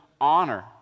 honor